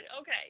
Okay